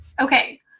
okay